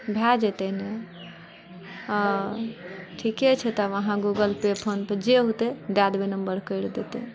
भए जेतय नऽआ ठीके छै तब अहाँ गूगल पे फोन पे जे होतय दए देबय नम्बर करि देतय